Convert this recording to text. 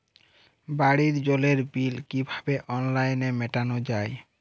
বাড়ির জলের বিল কিভাবে অনলাইনে মেটানো যায়?